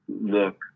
look